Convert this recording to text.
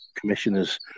commissioners